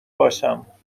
باشم